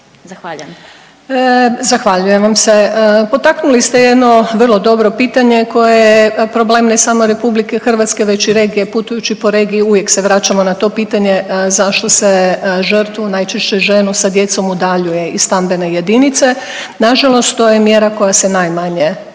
Višnja** Zahvaljujem vam se. Potaknuli ste jedno vrlo dobro pitanje koje je problem ne samo RH već i regije. Putujući po regiji uvijek se vraćamo na to pitanje zašto se žrtvu najčešće ženu sa djecom udaljuje iz stambene jedinice. Nažalost to je mjera koja se najmanje primjenjuje.